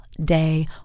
day